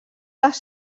les